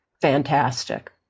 fantastic